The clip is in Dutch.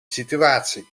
situatie